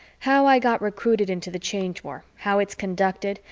how i got recruited into the change war, how it's conducted,